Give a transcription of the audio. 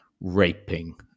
raping